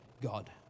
God